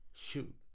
shoot